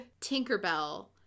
Tinkerbell